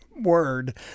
word